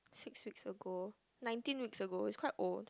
six weeks ago nineteen weeks ago is quite old